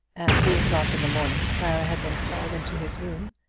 at three o'clock in the morning clara had been called into his room,